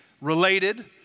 related